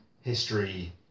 history